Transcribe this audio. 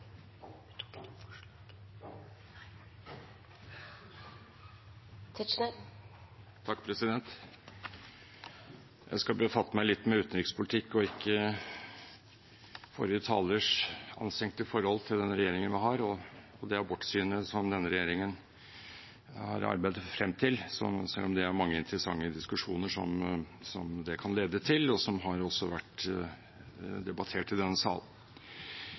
Jeg skal befatte meg litt med utenrikspolitikk og ikke med forrige talers anstrengte forhold til den regjeringen vi har, og det abortsynet som denne regjeringen har arbeidet seg frem til, selv om det er mange interessante diskusjoner det kan lede til, og som også har vært debattert i denne sal.